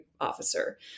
officer